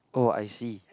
oh I see